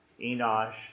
Enosh